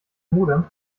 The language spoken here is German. modem